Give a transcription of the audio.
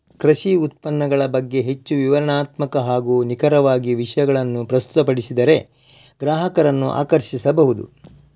ಕೃಷಿ ಉತ್ಪನ್ನಗಳ ಬಗ್ಗೆ ಹೆಚ್ಚು ವಿವರಣಾತ್ಮಕ ಹಾಗೂ ನಿಖರವಾಗಿ ವಿಷಯಗಳನ್ನು ಪ್ರಸ್ತುತಪಡಿಸಿದರೆ ಗ್ರಾಹಕರನ್ನು ಆಕರ್ಷಿಸಬಹುದು